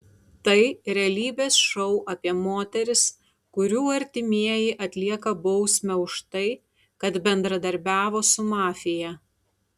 tai realybės šou apie moteris kurių artimieji atlieka bausmę už tai kad bendradarbiavo su mafija